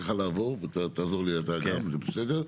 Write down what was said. צריכה לעבור, ותעזור לי אתה גם, זה בסדר.